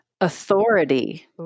Authority